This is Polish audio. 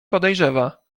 podejrzewa